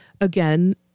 Again